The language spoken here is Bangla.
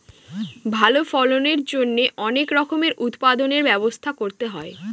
ভালো ফলনের জন্যে অনেক রকমের উৎপাদনর ব্যবস্থা করতে হয়